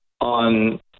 on